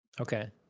Okay